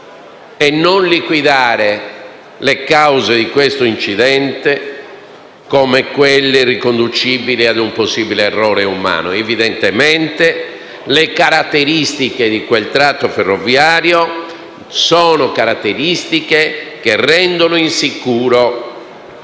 e non liquidare le cause di questo incidente come riconducibili a un possibile errore umano. Evidentemente, le caratteristiche di quel tratto ferroviario sono tali da rendere insicuro